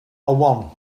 one